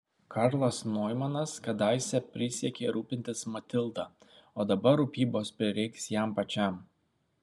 karlas noimanas kadaise prisiekė rūpintis matilda o dabar rūpybos prireiks jam pačiam